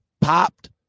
Popped